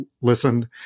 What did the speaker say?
listened